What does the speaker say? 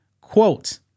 Quote